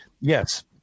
yes